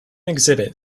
exhibit